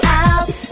out